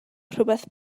rhywbeth